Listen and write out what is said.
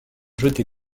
jeter